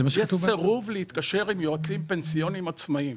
יש סירוב להתקשר עם יועצים פנסיוניים עצמאיים.